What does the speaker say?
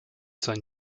sein